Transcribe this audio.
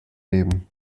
leben